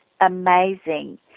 amazing